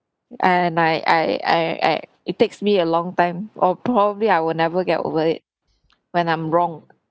and I I I I it takes me a long time or probably I will never get over it when I'm wronged